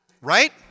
Right